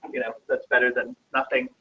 you know, that's better than nothing.